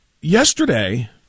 yesterday